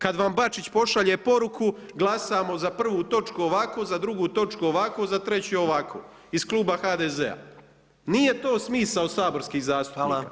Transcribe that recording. Kada vam Bačić pošalje poruku glasamo za prvu točku ovako, za drugu točku ovako, za treću ovako iz kluba HDZ-a. nije to smisao saborskih zastupnika.